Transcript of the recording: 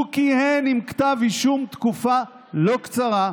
והוא כיהן עם כתב אישום תקופה לא קצרה,